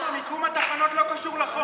ואם, החוק לא קשור למיקום התחנות.